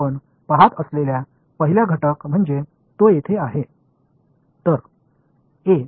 तर आपण पहात असलेला पहिला घटक म्हणजे तो येथे आहे